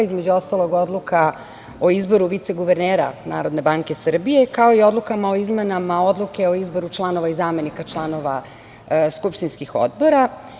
Između ostalog odluka o izboru viceguvernera NBS, kao i odlukama o izmenama Odluke o izboru članova i zamenika članova skupštinskih odbora.